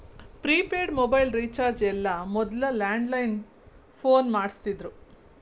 prepaid mobile recharge ಎಲ್ಲ ಮೊದ್ಲ landline phone ಮಾಡಸ್ತಿದ್ರು